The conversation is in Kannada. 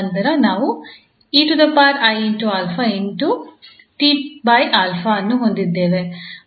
ನಂತರ ನಾವು ಅನ್ನು ಹೊಂದಿದ್ದೇವೆ ಮತ್ತು ಅದೇ ರೀತಿ